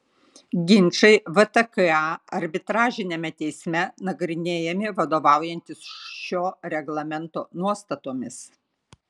ginčai vtka arbitražiniame teisme nagrinėjami vadovaujantis šio reglamento nuostatomis